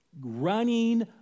running